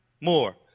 more